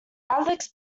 alex